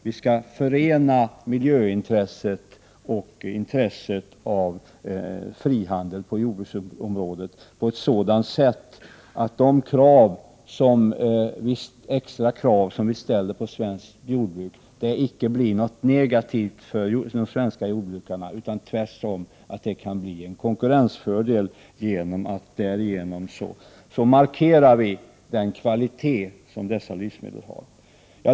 Vi skall förena miljöintresset och intresset av frihandel på jordbruksområdet på ett sådant sätt att de extra krav vi ställer på svenskt jordbruk icke blir något negativt för de svenska jordbrukarna, utan att det tvärtom kan bli en konkurrensfördel, genom att vi därigenom markerar den kvalitet dessa livsmedel har.